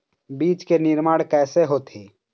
बीज के निर्माण कैसे होथे?